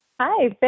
Hi